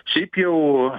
šiaip jau